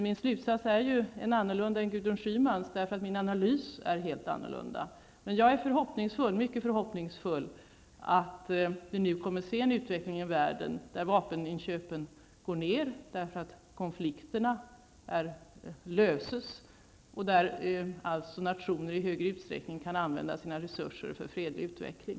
Min slutsats är alltså en annan än Gudrun Schymans, eftersom min analys är annorlunda. Men jag är mycket förhoppningsfull om att vi nu kommer att se en utveckling i världen där vapeninköpen går ned därför att konflikterna löses och där alltså nationer i större utsträckning kan använda sina resurser för fredlig utveckling.